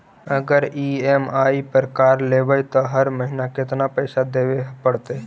अगर ई.एम.आई पर कार लेबै त हर महिना केतना पैसा देबे पड़तै?